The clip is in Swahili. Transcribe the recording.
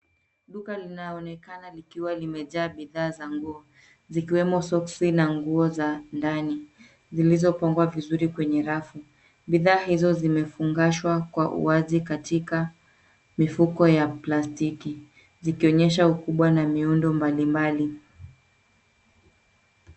Duka linaonekana likiwa limejaa bidhaa za nguo zikiwemo soksi na nguo za ndani zilizopangwa vizuri kwenye rafu. Bidhaa hizo zimefungashwa kwa uwazi katika mifuko ya plastiki zikionyesha ukubwa na miundo mbalimbali.